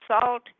salt